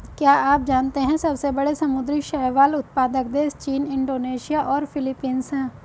क्या आप जानते है सबसे बड़े समुद्री शैवाल उत्पादक देश चीन, इंडोनेशिया और फिलीपींस हैं?